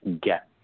get